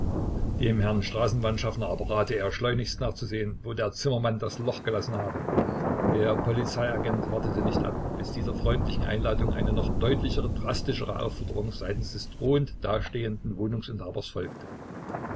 dem herrn straßenbahnschaffner aber rate er schleunigst nachzusehen wo der zimmermann das loch gelassen habe der polizeiagent wartete nicht ab bis dieser freundlichen einladung eine noch deutlichere drastischere aufforderung seitens des drohend dastehenden wohnungsinhabers folgte